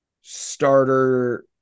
starter